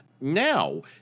Now